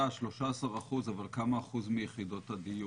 אבל כמה אחוז מיחידות הדיור?